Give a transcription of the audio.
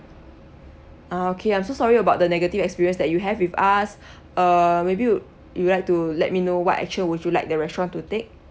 ah okay I'm so sorry about the negative experience that you have with us uh maybe you like to let me know what action would you like the restaurant to take